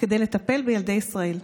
כדי לטפל בילדי ישראל.